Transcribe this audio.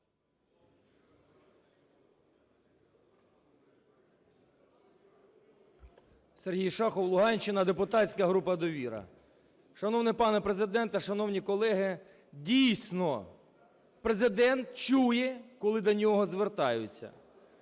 Сергій Шахов, Луганщина, депутатська група "Довіра". Шановний пане Президент та шановні колеги! Дійсно, Президент чує, коли до нього звертаються.